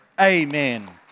Amen